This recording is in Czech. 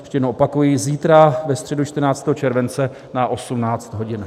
Jen opakuji, zítra ve středu 14. července na 18 hodin.